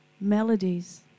Melodies